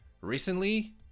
recently